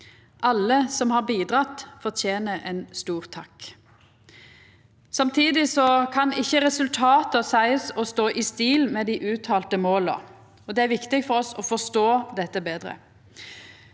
Alle som har bidrege, fortener ein stor takk. Samtidig kan ikkje resultatet seiast å stå i stil med dei uttalte måla, og det er viktig for oss å forstå dette betre.